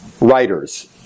writers